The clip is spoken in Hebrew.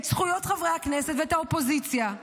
את זכויות חברי הכנסת ואת האופוזיציה.